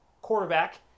quarterback